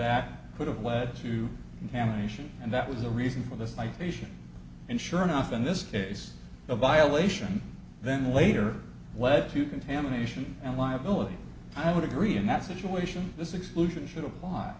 that could have led to damnation and that was the reason for this my patient and sure enough in this case the violation then later led to contamination and liability i would agree in that situation this exclusion should apply